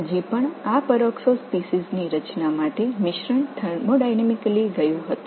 இருந்தபோதிலும் இந்த கலவை இந்த பெராக்சோ இனங்கள் உருவாவதற்கு வெப்பஇயக்கவியலில் சென்றது